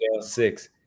six